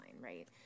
right